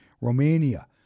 Romania